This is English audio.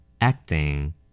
Acting